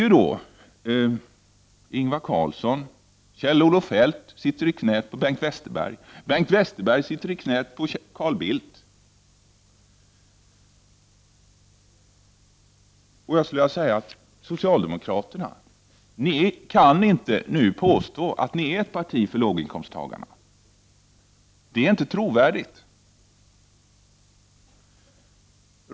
Nu sitter Ingvar Carlsson och Kjell-Olof Feldt i knät på Bengt Westerberg, och Bengt Westerberg sitter i knät på Carl Bildt. Socialdemokraterna kan nu inte påstå att de är ett parti för låginkomsttagarna. Det är inte trovärdigt.